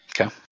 Okay